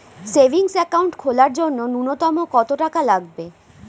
Savings account খোলার জন্য নূন্যতম কত টাকা লাগবে?